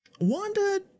Wanda